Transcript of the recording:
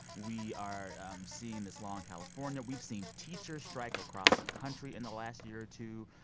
we are um seeing this law in california. we've seen teachers strike across the country in the last year or two.